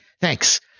Thanks